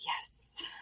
Yes